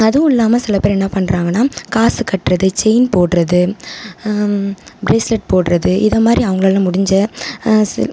அதுவும் இல்லாமல் சில பேர் என்ன பண்ணுறாங்கன்னா காசு கட்டுறது செயின் போடுறது பிரேஸ்லெட் போடுறது இதை மாதிரி அவங்களால முடிஞ்ச